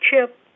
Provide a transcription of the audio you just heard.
chip